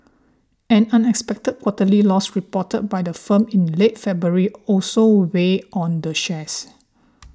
an unexpected quarterly loss reported by the firm in late February also weighed on the shares